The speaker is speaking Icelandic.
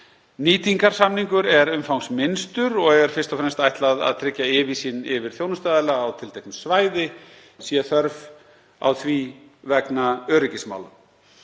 Nýtingarsamningur er umfangsminnstur og er fyrst og fremst ætlað að tryggja yfirsýn yfir þjónustuaðila á tilteknu svæði sé þörf á því vegna öryggismála.